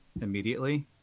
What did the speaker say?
immediately